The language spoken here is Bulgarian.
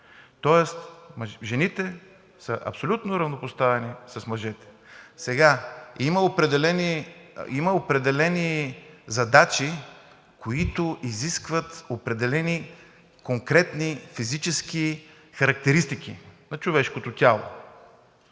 тоест жените са абсолютно равнопоставени с мъжете. Има определени задачи, които изискват определени конкретни физически характеристики на човешкото тяло.